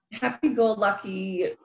happy-go-lucky